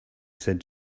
said